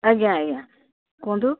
ଆଜ୍ଞା ଆଜ୍ଞା କୁହନ୍ତୁ